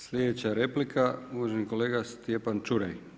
Sljedeća replika uvaženi kolega Stjepan Čuraj.